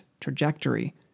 trajectory